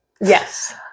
Yes